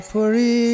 Puri